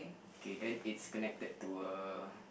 K then it's connected to a